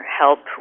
help